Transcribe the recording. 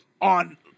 on